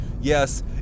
Yes